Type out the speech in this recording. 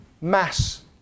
mass